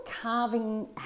carving